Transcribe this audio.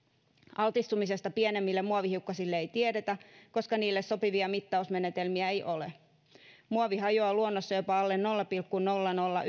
altistumisesta pienemmille muovihiukkasille ei tiedetä koska niille sopivia mittausmenetelmiä ei ole muovi hajoaa luonnossa jopa alle nolla pilkku nolla nolla